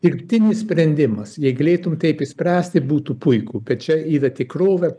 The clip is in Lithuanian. dirbtinis sprendimas jei galėtum taip išspręsti būtų puiku bet čia yra tikrovė